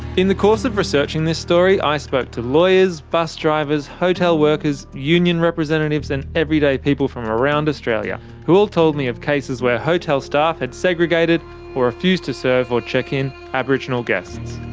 in the course of researching this story, i spoke to lawyers, bus drivers, hotel workers, union representatives and everyday people from around australia who all told me of cases where hotel staff had segregated or refused to serve or check in aboriginal guests.